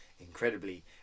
incredibly